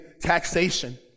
taxation